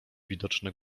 widoczne